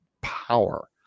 power